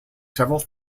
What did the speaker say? several